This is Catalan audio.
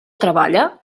treballa